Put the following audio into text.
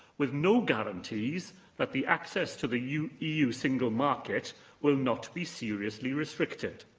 with no guarantees that the access to the eu eu single market will not be seriously restricted.